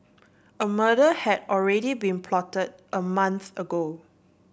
a murder had already been plotted a month ago